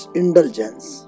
indulgence